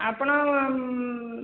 ଆପଣ